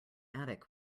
attic